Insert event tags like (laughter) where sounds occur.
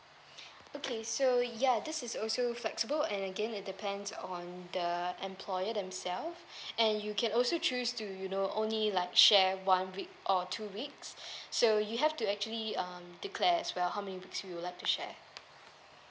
(breath) okay so ya this is also flexible and again it depends on the employer themselves (breath) and you can also choose to you know only like share one week or two weeks (breath) so you have to actually um declare as well how many weeks you'd like to check